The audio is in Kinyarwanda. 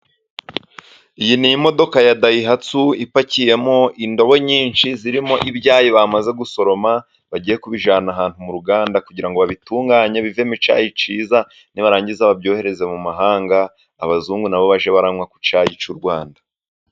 Iyi ni imodoka ya dayihatsu ipakiyemo indobo nyinshi zirimo ibyayi bamaze gusoroma, bagiye kubijyana ahantu mu ruganda kugira ngo babitunganye bivemo icyayi kiza, nibarangiza babyohereze mu mahanga, abazungu nabo bage baranywa ku cyayi cy'u Rwanda.